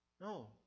No